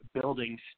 buildings